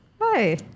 Hi